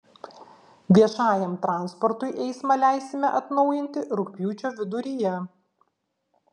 viešajam transportui eismą leisime atnaujinti rugpjūčio viduryje